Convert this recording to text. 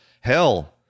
Hell